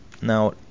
now